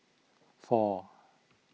four